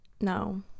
No